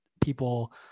people